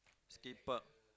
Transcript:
Scape park